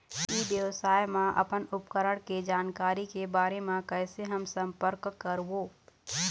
ई व्यवसाय मा अपन उपकरण के जानकारी के बारे मा कैसे हम संपर्क करवो?